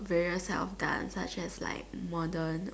various type of dance such as like modern